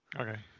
Okay